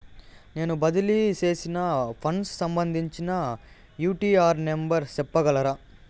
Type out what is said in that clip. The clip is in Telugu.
నేను బదిలీ సేసిన ఫండ్స్ సంబంధించిన యూ.టీ.ఆర్ నెంబర్ సెప్పగలరా